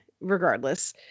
regardless